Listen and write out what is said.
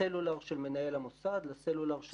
לסלולר של מנהל המוסד, לסלולר של העובד.